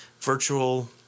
virtual